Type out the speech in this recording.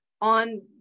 on